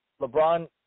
LeBron